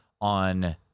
on